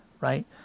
right